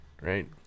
right